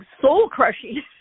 soul-crushing